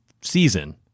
season